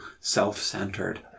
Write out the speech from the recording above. self-centered